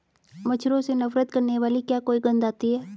मच्छरों से नफरत करने वाली क्या कोई गंध आती है?